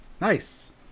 Nice